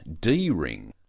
D-ring